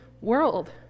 world